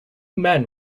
men